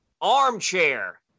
ARMCHAIR